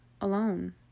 alone